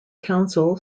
council